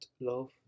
love